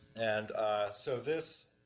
and so this